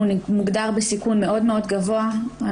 הוא מוגדר בסיכון מאוד מאוד גבוה.